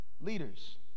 Leaders